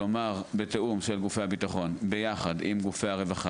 כלומר בתיאום של גופי הביטחון ביחד עם גופי הרווחה